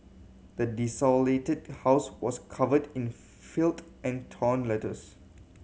the desolated house was covered in filth and torn letters